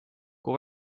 kui